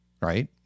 right